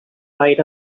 right